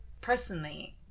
personally